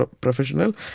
professional